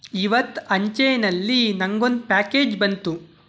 ಇವತ್ತು ಅಂಚೆಯಲ್ಲಿ ನನಗೊಂದು ಪ್ಯಾಕೇಜ್ ಬಂತು